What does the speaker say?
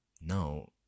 no